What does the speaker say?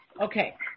Okay